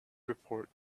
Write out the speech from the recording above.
report